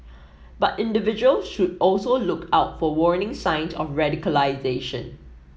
but individual should also look out for warning signed of radicalisation